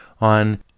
on